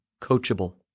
Coachable